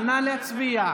נא להצביע.